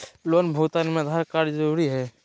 Loan भुगतान में Aadhaar card जरूरी है?